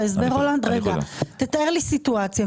תתאר לי סיטואציה.